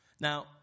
Now